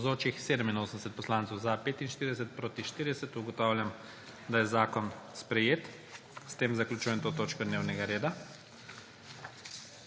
(Za je glasovalo 45.) (Proti 40.) Ugotavljam, da je zakon sprejet. S tem zaključujem to točko dnevnega reda.